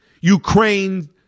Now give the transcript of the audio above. Ukraine